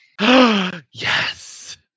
Yes